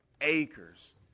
acres